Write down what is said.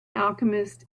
alchemist